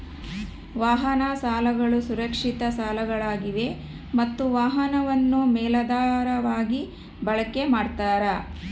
ವಾಹನ ಸಾಲಗಳು ಸುರಕ್ಷಿತ ಸಾಲಗಳಾಗಿವೆ ಮತ್ತ ವಾಹನವನ್ನು ಮೇಲಾಧಾರವಾಗಿ ಬಳಕೆ ಮಾಡ್ತಾರ